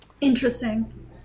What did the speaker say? Interesting